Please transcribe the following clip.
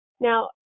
now